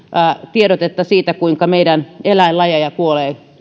tiedotetta siitä kuinka meidän eläinlajeja kuolee